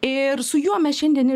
ir su juo mes šiandien ir